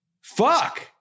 Fuck